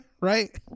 right